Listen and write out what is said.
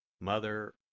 Mother